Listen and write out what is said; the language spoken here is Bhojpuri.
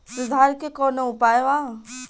सुधार के कौनोउपाय वा?